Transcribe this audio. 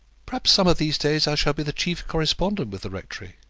perhaps some of these days i shall be the chief correspondent with the rectory.